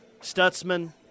Stutzman